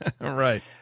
Right